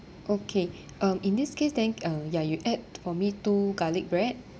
okay um in this case then uh ya you add for me two garlic bread